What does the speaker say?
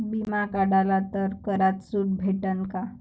बिमा काढला तर करात सूट भेटन काय?